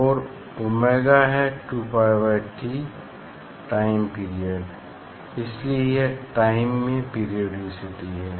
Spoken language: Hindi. और ओमेगा है 2 pi by T time period इसलिए यह टाइम में पेरिओडीसीटी है